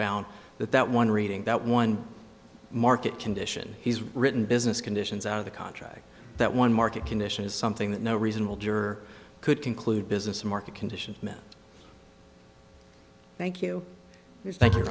found that that one reading that one market condition he's written business conditions out of the contract that one market condition is something that no reasonable juror could conclude business market conditions met thank you we thank you